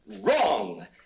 Wrong